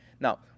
Now